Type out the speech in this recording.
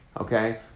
Okay